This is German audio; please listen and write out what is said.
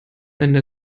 ende